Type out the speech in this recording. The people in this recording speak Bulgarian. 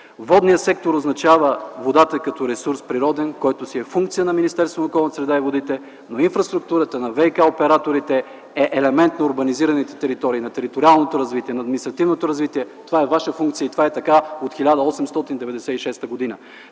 Водният сектор означава водата като природен ресурс, който си е функция на Министерството на околната среда и водите, но инфраструктурата на ВиК-операторите е елемент на урбанизираните територии, на териториалното развитие, на административното развитие. Това е ваша функция и това е така от 1896 г.